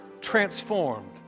transformed